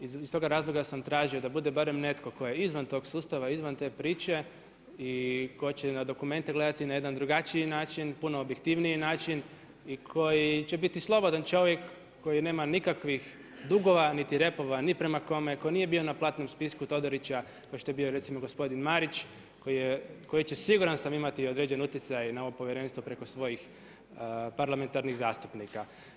iz toga razloga sam tražio da bude barem netko tko je izvan tog sustava, izvan te priče i tko će i na dokumente gledati na jedan drugačiji način i puno objektivniji način i koji će biti slobodan čovjek koji nema nikakvih dugova niti repova ni prema kome, tko nije bio na platnom spisku Todorića kao što je bio recimo gospodin Marić koji će siguran sam imati određeni utjecaj na ovo povjerenstvo preko svojih parlamentarnih zastupnika.